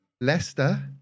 Leicester